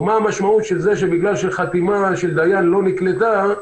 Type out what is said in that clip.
מה המשמעות שבגלל שחתימה של דיין לא נקלטה,